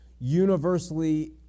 universally